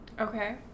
Okay